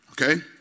Okay